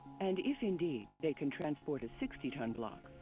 and if indeed, they can transport a sixty ton block.